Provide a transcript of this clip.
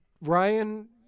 Ryan